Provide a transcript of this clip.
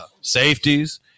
Safeties